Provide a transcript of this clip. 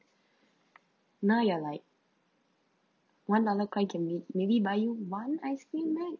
now you are like one dollar coin can be maybe buying one ice cream right